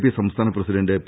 P സംസ്ഥാന president P